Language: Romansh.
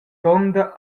sonda